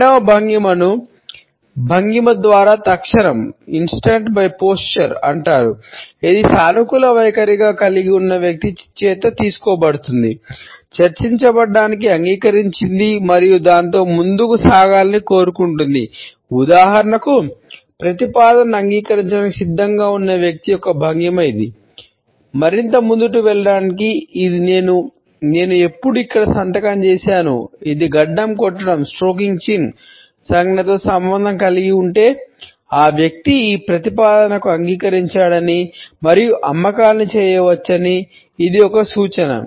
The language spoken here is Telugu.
రెండవ భంగిమను భంగిమ ద్వారా తక్షణం అంగీకరించాడని మరియు అమ్మకాలను చేయవచ్చని ఇది ఒక సూచన